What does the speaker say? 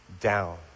down